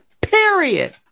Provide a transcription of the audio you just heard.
Period